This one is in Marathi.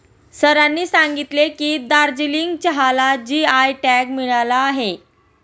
सरांनी सांगितले की, दार्जिलिंग चहाला जी.आय टॅग मिळाला आहे